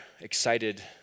excited